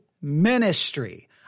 ministry